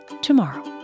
tomorrow